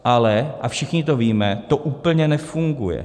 Ale, a všichni to víme, to úplně nefunguje.